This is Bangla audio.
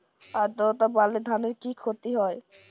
আদ্রর্তা বাড়লে ধানের কি ক্ষতি হয়?